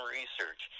research